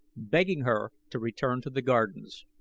begging her to return to the gardens.